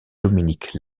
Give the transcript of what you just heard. dominique